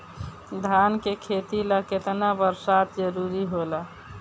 धान के खेती ला केतना बरसात जरूरी होला?